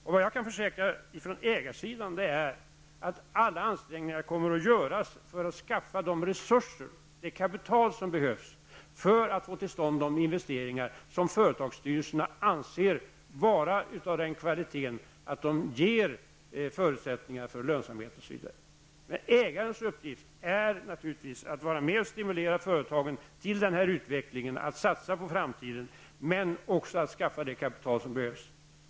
Det jag kan försäkra från ägarsidan är att alla ansträngningar kommer att göras för att skaffa de resuser, det kapital, som behövs för att få till stånd de investeringar som företagsstyrelserna anser vara av den kvaliteten att de ger förutsättningar för lönsamhet. Ägarens uppgift är naturligtvis att vara med och stimulera företagen till denna utveckling, att satsa på framtiden, men också att skaffa det kapital som behövs.